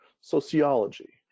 sociology